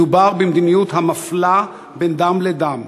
מדובר במדיניות המפלה בין דם לדם.